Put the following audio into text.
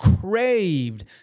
craved